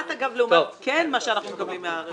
לעומת מה שאנחנו כן מקבלים מהרכש.